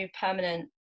permanent